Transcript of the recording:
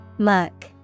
muck